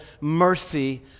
mercy